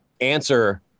answer